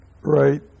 Right